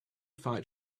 fight